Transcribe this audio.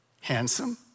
handsome